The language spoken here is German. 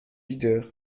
wieder